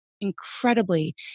incredibly